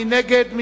מי נגד?